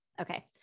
Okay